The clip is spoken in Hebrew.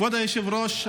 כבוד היושב-ראש,